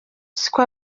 siko